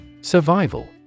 Survival